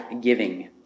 giving